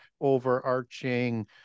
overarching